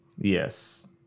yes